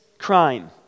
Crime